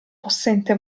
possente